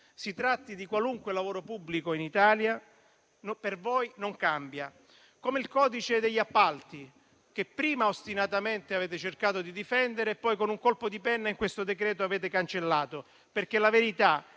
si tratti di qualunque lavoro pubblico in Italia, per voi non cambia, come per il codice degli appalti, che prima ostinatamente avete cercato di difendere e poi, con un colpo di penna, in questo decreto avete cancellato. La verità